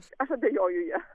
aš abejoju ja